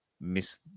miss